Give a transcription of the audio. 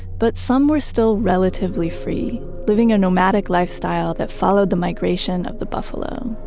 but some were still relatively free, living a nomadic lifestyle that followed the migration of the buffalo.